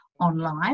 online